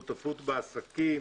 שותפות בעסקים,